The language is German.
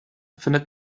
findet